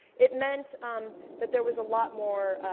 it meant um that there was a lot more